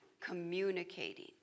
communicating